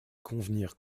convenir